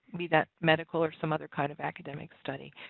be that medical or some other kind of academic study.